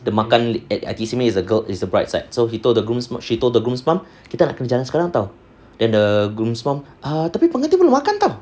the makan at I_T_E simei is the girl is the bride side so he told the grooms she told the groom's mum kita nak kena jalan sekarang [tau] then the groom's mum err tapi pengantin belum makan [tau]